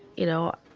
you know,